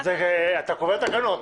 אתה קובע תקנות.